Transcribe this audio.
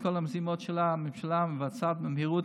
את כל המזימות שלה הממשלה מבצעת במהירות,